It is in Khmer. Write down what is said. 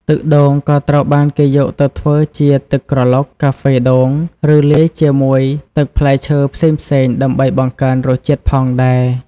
ទឹកដូងក៏ត្រូវបានគេយកទៅធ្វើជាទឹកក្រឡុក កាហ្វេដូង ឬលាយជាមួយទឹកផ្លែឈើផ្សេងៗដើម្បីបង្កើនរសជាតិផងដែរ។